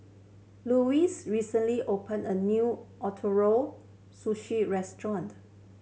Louies recently opened a new Ootoro Sushi Restaurant